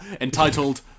entitled